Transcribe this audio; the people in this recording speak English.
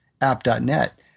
app.net